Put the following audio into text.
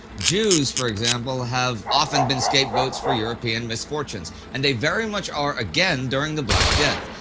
jews, for example, have often been scapegoats for european misfortunes, and they very much are again during the black death.